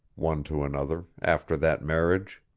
one to another, after that marriage.